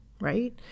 right